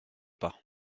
pas